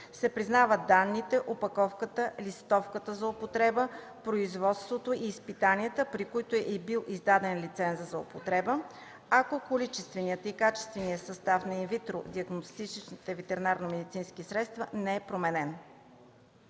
се признават данните, опаковката, листовката за употреба, производството и изпитванията, при които е бил издаден лицензът за употреба, ако количественият и качественият състав на инвитро диагностичното ветеринарномедицинско средство не е променен.